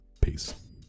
peace